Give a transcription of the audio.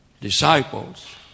disciples